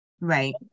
Right